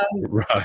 Right